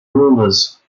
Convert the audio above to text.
rulers